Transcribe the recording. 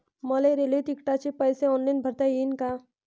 मले रेल्वे तिकिटाचे पैसे ऑनलाईन भरता येईन का?